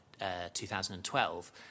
2012